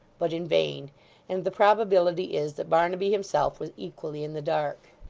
but in vain and the probability is that barnaby himself was equally in the dark.